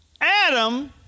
Adam